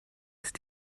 ist